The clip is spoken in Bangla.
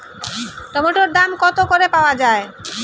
টমেটোর দাম কত করে পাওয়া যায়?